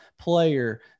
player